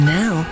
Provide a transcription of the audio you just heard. now